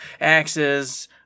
axes